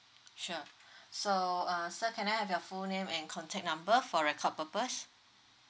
sure so uh sir can I have your full name and contact number for record purpose